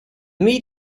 meat